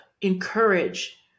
encourage